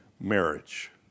marriage